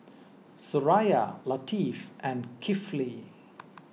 Suraya Latif and Kifli